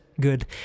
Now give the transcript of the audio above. Good